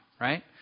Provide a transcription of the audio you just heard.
right